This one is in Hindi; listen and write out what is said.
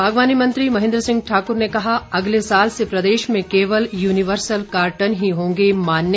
बागवानी मंत्री महेन्द्र सिंह ठाकुर ने कहा अगले साल से प्रदेश में केवल यूनिवर्सल कार्टन ही होंगे मान्य